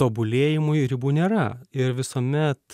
tobulėjimui ribų nėra ir visuomet